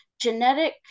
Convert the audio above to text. genetic